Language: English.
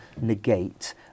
negate